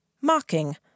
mocking